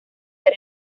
ver